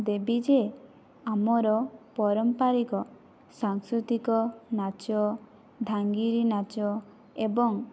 ଦେବି ଯେ ଆମର ପାରମ୍ପରିକ ସାଂସ୍କୃତିକ ନାଚ ଧାଙ୍ଗିରି ନାଚ ଏବଂ